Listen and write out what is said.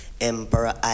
Emperor